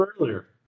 earlier